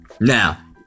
Now